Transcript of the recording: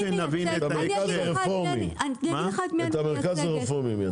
את המרכז הרפורמי.